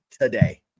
today